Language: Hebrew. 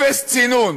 תשאל את גלנט.